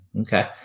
Okay